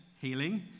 healing